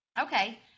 okay